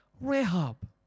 Rehab